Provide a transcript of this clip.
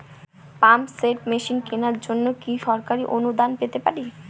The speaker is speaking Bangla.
পাম্প সেট মেশিন কেনার জন্য কি সরকারি অনুদান পেতে পারি?